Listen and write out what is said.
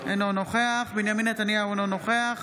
אינו נוכח בנימין נתניהו, אינו נוכח